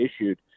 issued